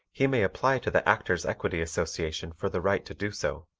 he may apply to the actors' equity association for the right to do so.